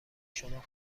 شما